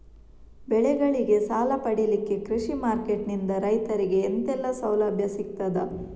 ಬೆಳೆಗಳಿಗೆ ಸಾಲ ಪಡಿಲಿಕ್ಕೆ ಕೃಷಿ ಮಾರ್ಕೆಟ್ ನಿಂದ ರೈತರಿಗೆ ಎಂತೆಲ್ಲ ಸೌಲಭ್ಯ ಸಿಗ್ತದ?